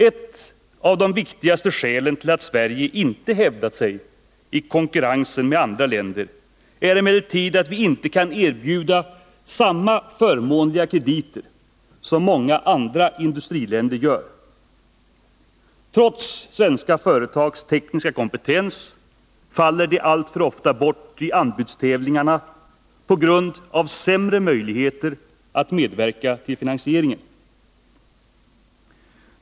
Ett av de viktigaste skälen till att Sverige inte hävdat sig i konkurrensen med andra länder är emellertid att vi inte kan erbjuda samma förmånliga krediter som många andra industriländer gör. Svenska företag faller, trots sin tekniska kompetens, alltför ofta bort i anbudstävlingarna på grund av sämre möjligheter att medverka till finansieringen.